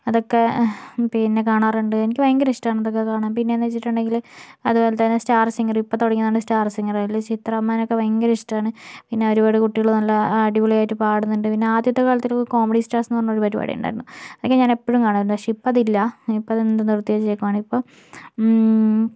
അതൊക്കെ പിന്നെ കാണാറുണ്ട് എനിക്ക് ഭയങ്കരിഷ്ടമാണ് ഇതൊക്കെ കാണാൻ പിന്നെന്നു വച്ചിട്ടുണ്ടെങ്കില് അതുപോലതന്നെ സ്റ്റാർസിംഗർ ഇപ്പൊ തുടങ്ങിയതാണ് സ്റ്റാർസിംഗർ അതിലെ ചിത്ര മാംമിനെയൊക്കെ ഭയങ്കരിഷ്ടമാണ് പിന്നെ ഒരുപാട് കുട്ടികള് നല്ല അടിപൊളിയായിട്ട് പാടുന്നുണ്ട് പിന്നെ ആദ്യത്തേ കാലത്തെ കോമഡി സ്റ്റാർസ് എന്നൊരു പരിപാടിയുണ്ടായിരുന്നു അതൊക്കെ ഞാനെപ്പോഴും കാണാറുണ്ട് പക്ഷേ ഇപ്പതില്ല ഇപ്പം ഞാനത് നിർത്തിവച്ചേക്കിരിക്കയാണ് ഇപ്പം